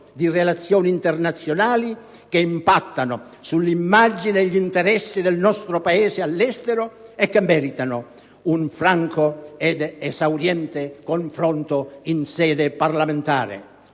di relazioni internazionali che impattano sull'immagine e gli interessi del nostro Paese all'estero e che meritano un franco ed esauriente confronto in sede parlamentare.